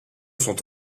sont